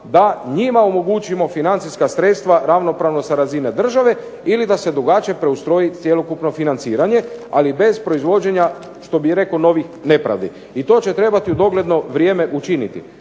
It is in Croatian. da njima omogućimo financijska sredstva ravnopravno sa razine države ili da se drugačije ustroji cjelokupno financiranje, ali bez proizvođenja što bi rekao novih nepravdi. I to će trebati u dogledno vrijeme učiniti.